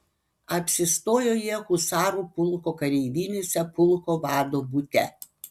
apsistojo jie husarų pulko kareivinėse pulko vado bute